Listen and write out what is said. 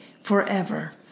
forever